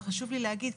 זה חשוב לי להגיד,